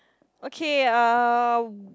okay uh